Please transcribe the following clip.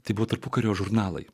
tai buvo tarpukario žurnalai